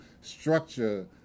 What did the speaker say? structure